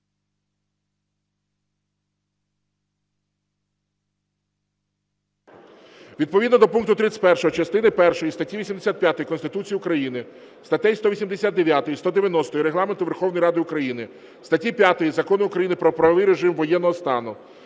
Відповідно до пункту 31 частини першої статті 85 Конституції України статей 189, 190 Регламенту Верховної Ради України, статті 5 Закону України "Про правовий режим воєнного стану"